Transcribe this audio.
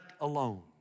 alone